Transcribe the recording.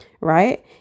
right